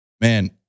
man